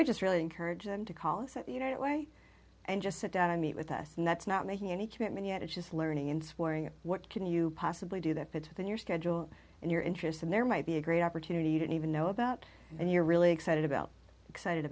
would just really encourage him to call you know that way and just sit down and meet with us and that's not making any commitment yet it's just learning and worrying what can you possibly do that better than your schedule and your interest and there might be a great opportunity you don't even know about and you're really excited about excited